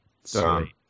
Sorry